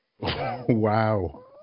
wow